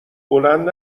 بلند